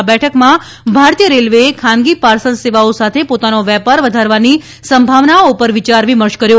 આ બેઠકમાં ભારતીય રેલ્વેએ ખાનગી પાર્સલ સેવાઓ સાથે પોતાનો વેપાર વધારવાની સંભાવનાઓ પર વિચાર વિમર્શ કર્યો